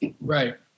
right